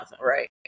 right